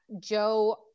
Joe